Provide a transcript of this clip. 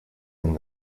and